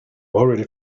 already